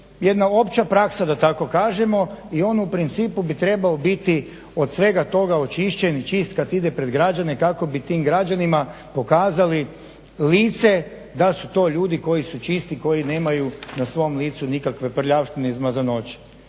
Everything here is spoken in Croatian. jedna opća praksa da tako kažemo i on u principu bi trebao biti od svega toga očišćen i čist kad ide pred građane kako bi tim građanima pokazali lice da su to ljudi koji su čisti, koji nemaju na svom licu nikakve prljavštine i zmazanoće.